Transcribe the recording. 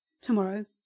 tomorrow